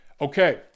Okay